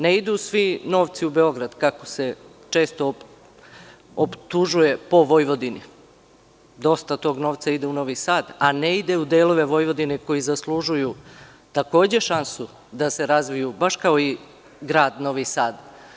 Ne idu svi novci u Beograd, kako se često optužuje po Vojvodini, već dosta tog novca ide u Novi Sad, a ne ide u delove Vojvodine koji takođe zaslužuju šansu da se razviju baš kao i grad Novi Sad.